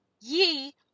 ye